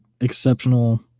exceptional